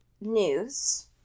news